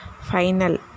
final